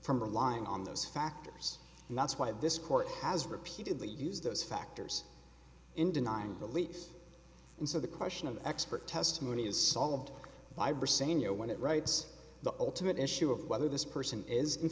from relying on those factors and that's why this court has repeatedly used those factors in denying relief and so the question of expert testimony is solved by or senior when it writes the ultimate issue of whether this person is in